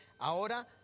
Ahora